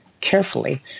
carefully